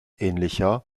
ähnlicher